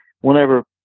whenever